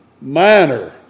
Minor